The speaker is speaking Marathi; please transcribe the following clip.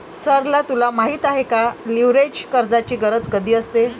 सरला तुला माहित आहे का, लीव्हरेज कर्जाची गरज कधी असते?